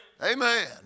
Amen